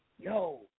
yo